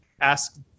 ask